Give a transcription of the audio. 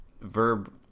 Verb